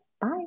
Bye